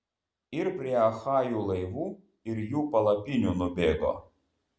ir prie achajų laivų ir jų palapinių nubėgo